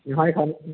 बेवहाय खालामनोसै